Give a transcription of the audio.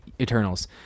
eternals